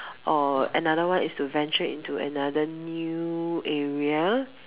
or another one is to venture into another new area